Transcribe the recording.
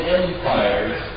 empires